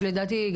שלדעתי,